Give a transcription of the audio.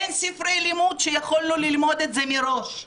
אין ספרי לימוד שיכולנו ללמוד את זה מראש.